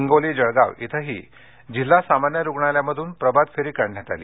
हिंगोलीजळगाव इथंही जिल्हा सामान्य रुग्णालयापासून प्रभातफेरी काढण्यात आली